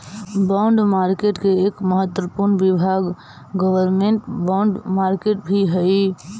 bond market के एक महत्वपूर्ण विभाग गवर्नमेंट बॉन्ड मार्केट भी हइ